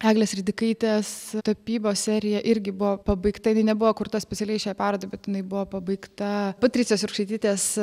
eglės ridikaitės tapybos serija irgi buvo pabaigta jinai nebuvo kurta specialiai šiai parodai bet jinai buvo pabaigta patricijos jurkšaitytės